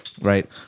right